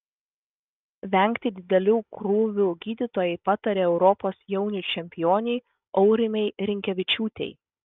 vengti didelių krūvių gydytojai patarė europos jaunių čempionei aurimei rinkevičiūtei